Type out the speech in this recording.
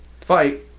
fight